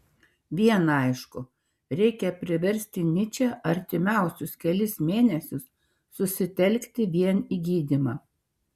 viena aišku reikia priversti nyčę artimiausius kelis mėnesius susitelkti vien į gydymą